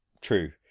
true